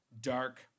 dark